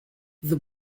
the